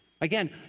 Again